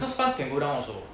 cause funds can go down also